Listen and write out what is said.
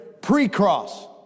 pre-cross